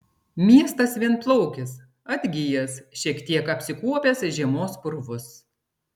miestas vienplaukis atgijęs šiek tiek apsikuopęs žiemos purvus